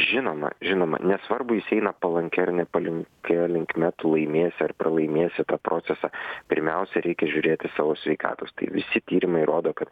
žinoma žinoma nesvarbu jis eina palankiai ar nepalinkia linkme tu laimėsi ar pralaimėsi tą procesą pirmiausia reikia žiūrėti savo sveikatos tai visi tyrimai rodo kad